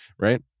right